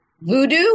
voodoo